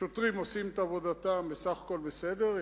שוטרים עושים את עבודתם בסך הכול בסדר,